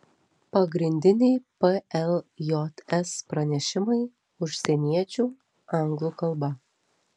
pagrindiniai pljs pranešimai užsieniečių anglų kalba